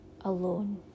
alone